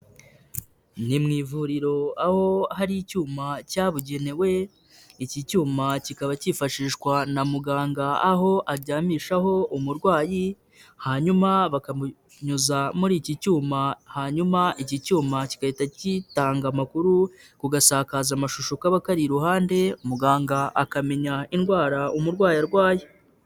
Ni mu ivuriro aho hari icyuma cyabugenewe, iki cyuma kikaba cyifashishwa na muganga, aho aryamishaho umurwayi, hanyuma bakamunyuza muri iki cyuma, hanyuma iki cyuma kigahita gitanga amakuru ku gasakaza mashusho kaba kari iruhande, muganga akamenya indwara umurwayi arwaye.